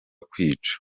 kwica